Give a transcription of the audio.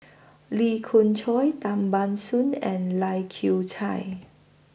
Lee Khoon Choy Tan Ban Soon and Lai Kew Chai